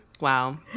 Wow